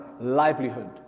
livelihood